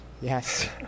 Yes